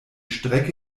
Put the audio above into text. strecke